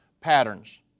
patterns